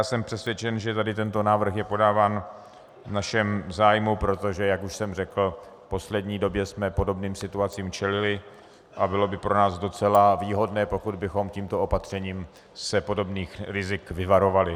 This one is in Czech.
Jsem přesvědčen, že tento návrh je podáván v našem zájmu, protože jak už jsem řekl, v poslední době jsme podobným situacím čelili a bylo by pro nás docela výhodné, pokud bychom se tímto opatřením podobných rizik vyvarovali.